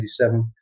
1987